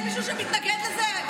יש מישהו שמתנגד לזה?